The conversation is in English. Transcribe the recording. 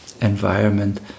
environment